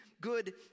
good